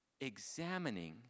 examining